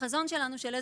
החזון שלנו,